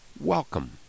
welcome